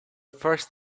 first